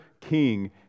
king